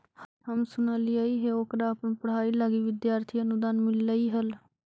हम सुनलिइ हे ओकरा अपन पढ़ाई लागी विद्यार्थी अनुदान मिल्लई हल